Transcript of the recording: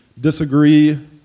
disagree